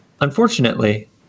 Unfortunately